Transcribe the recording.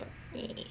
eh